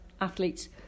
athletes